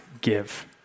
give